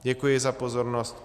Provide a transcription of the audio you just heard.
Děkuji za pozornost.